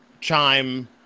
chime